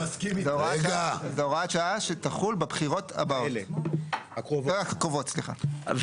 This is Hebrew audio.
זה הוראת שעה שתחול בבחירות הבאות הקרובות סליחה.